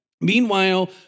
Meanwhile